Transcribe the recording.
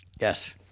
Yes